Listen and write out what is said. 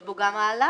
יש בו גם העלאה.